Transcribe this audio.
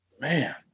Man